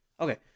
Okay